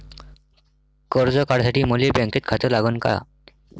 कर्ज काढासाठी मले बँकेत खातं लागन का?